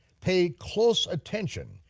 pay close attention,